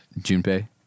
Junpei